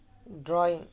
drawing